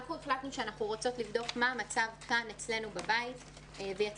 אנחנו החלטנו שאנחנו רוצות לבדוק מה המצב כאן אצלנו בבית ויצאנו